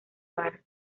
varas